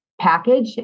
package